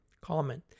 Comment